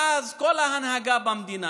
ואז כל ההנהגה במדינה,